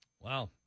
Wow